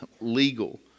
legal